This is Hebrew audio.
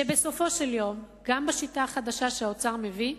שבסופו של יום, גם בשיטה החדשה שהאוצר מביא,